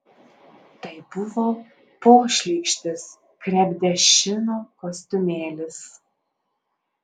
tai buvo pošlykštis krepdešino kostiumėlis